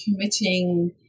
committing